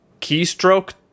keystroke